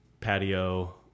patio